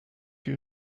you